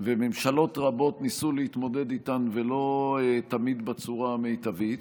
וממשלות רבות ניסו להתמודד איתן ולא תמיד בצורה המיטבית.